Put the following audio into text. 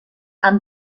han